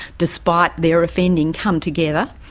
despite their offending, come together.